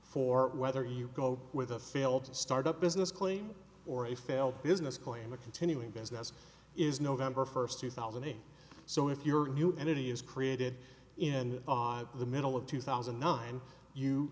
for whether you go with a fail to start up business claim or a failed business claim a continuing business is november first two thousand and so if you're new entity is created in the middle of two thousand and nine you